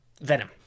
Venom